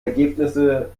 ergebnisse